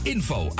Info